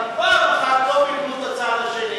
אבל פעם אחת לא בגנות הצד השני,